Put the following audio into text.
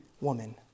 woman